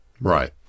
Right